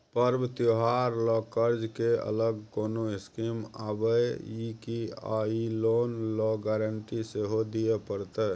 पर्व त्योहार ल कर्ज के अलग कोनो स्कीम आबै इ की आ इ लोन ल गारंटी सेहो दिए परतै?